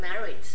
married